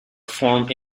formed